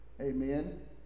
Amen